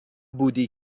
بودی